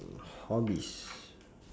hobbies